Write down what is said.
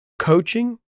coaching